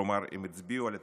כלומר הם הצביעו על התקציב,